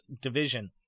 Division